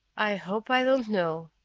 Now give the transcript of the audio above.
i hope i don't know,